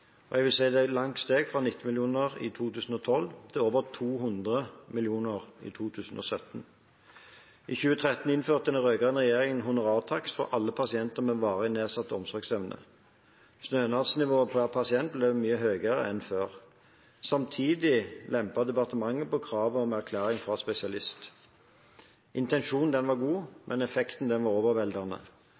Jeg vil si at det er et langt steg fra 19 mill. kr i 2012 til over 200 mill. kr i 2017. I 2013 innførte den rød-grønne regjeringen honorartakst for alle pasienter med varig nedsatt egenomsorgsevne. Stønadsnivået per pasient ble mye høyere enn før. Samtidig lempet departementet på kravet om erklæring fra spesialist. Intensjonen var god, men effekten var